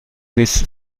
these